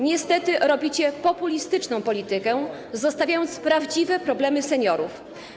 Niestety robicie populistyczną politykę, zostawiając prawdziwe problemy seniorów.